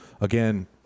again